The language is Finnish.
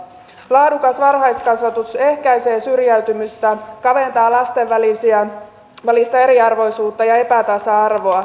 laadukas varhaiskasvatus ehkäisee syrjäytymistä ja kaventaa lasten välistä eriarvoisuutta ja epätasa arvoa